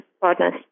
partners